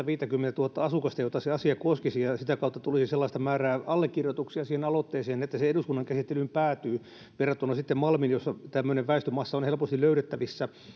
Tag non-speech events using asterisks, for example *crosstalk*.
*unintelligible* viittäkymmentätuhatta asukasta joita se asia koskisi eikä sitä kautta tulisi sellaista määrää allekirjoituksia siihen aloitteeseen että se eduskunnan käsittelyyn päätyy verrattuna sitten malmiin jolloin tämmöinen väestömassa on helposti löydettävissä